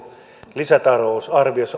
lisätalousarviossa